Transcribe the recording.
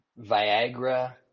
Viagra